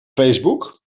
facebook